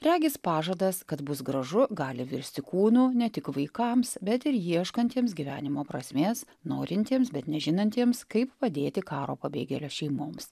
regis pažadas kad bus gražu gali virsti kūnu ne tik vaikams bet ir ieškantiems gyvenimo prasmės norintiems bet nežinantiems kaip padėti karo pabėgėlių šeimoms